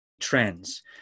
trends